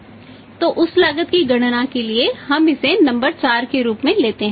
तो उस लागत की गणना के लिए हम इसे नंबर 4 के रूप में लेते हैं